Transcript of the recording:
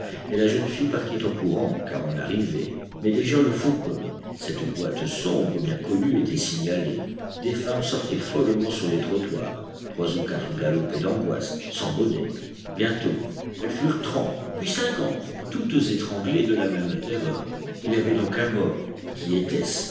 et la jeune fille partit en courant car on arrivait mais déjà le fourgon cette boîte sombre bien connue était signalé des femmes sortaient follement sur les trottoirs trois ou quatre galopaient d'angoisse sans bonnet bientôt elles furent trente puis cinquante toutes étranglées de la même terreur il y avait donc un mort qui était-ce